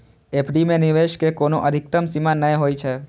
FD मे निवेश के कोनो अधिकतम सीमा नै होइ छै